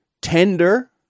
tender